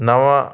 नव